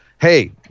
Hey